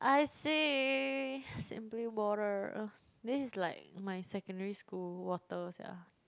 I see Simply Water this is like my secondary school water sia